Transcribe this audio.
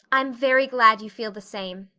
i'm very glad you feel the same,